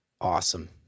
awesome